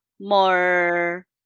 more